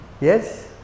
Yes